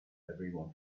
everyone